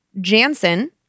Jansen